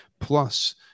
Plus